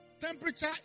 temperature